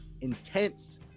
intense